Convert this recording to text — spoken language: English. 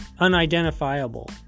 unidentifiable